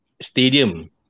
stadium